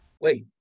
wait